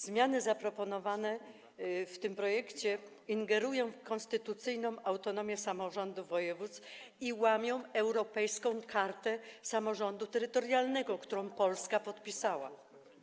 Zmiany zaproponowane w tym projekcie ingerują w konstytucyjną autonomię samorządu województw i łamią zapisy Europejskiej Karty Samorządu Terytorialnego, którą Polska podpisała.